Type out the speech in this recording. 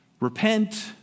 Repent